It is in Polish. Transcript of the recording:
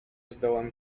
zdołam